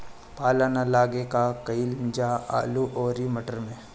पाला न लागे का कयिल जा आलू औरी मटर मैं?